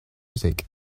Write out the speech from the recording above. music